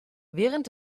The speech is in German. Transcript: während